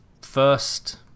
first